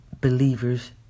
believers